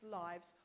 lives